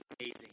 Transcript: Amazing